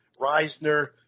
Reisner